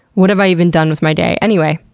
what have i even done with my day? anyway!